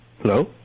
Hello